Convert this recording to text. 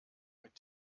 mit